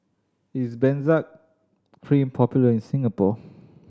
is Benzac Cream popular in Singapore